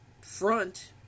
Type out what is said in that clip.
front